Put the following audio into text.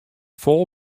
fol